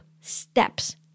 steps